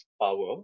power